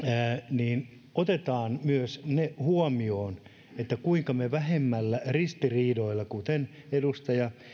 niin otetaan huomioon myös se kuinka me vähemmillä ristiriidoilla kuten edustaja